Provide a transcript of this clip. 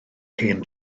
hen